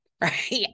right